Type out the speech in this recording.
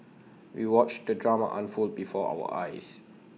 we watched the drama unfold before our eyes